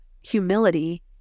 humility